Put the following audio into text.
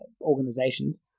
organizations